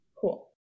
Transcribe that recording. cool